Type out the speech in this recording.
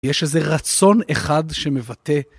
יש איזה רצון אחד שמבטא.